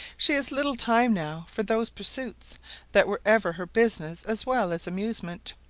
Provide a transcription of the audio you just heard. she has little time now for those pursuits that were ever her business as well as amusement.